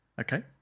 Okay